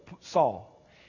Saul